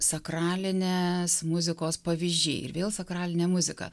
sakralinės muzikos pavyzdžiai ir vėl sakralinė muzika